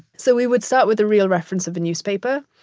so we would start with a real reference of the newspaper,